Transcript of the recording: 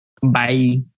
Bye